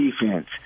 defense